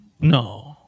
No